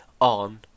on